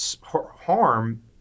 Harm